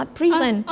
prison